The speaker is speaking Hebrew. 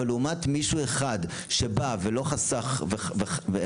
אבל זה לעומת מישהו אחד שבא ולא חסך ועשה